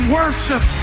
worship